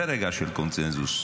זה רגע של קונסנזוס.